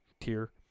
tier